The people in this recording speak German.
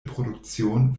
produktion